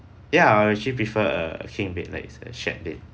ya I would actually prefer a king bed like it's a shared bed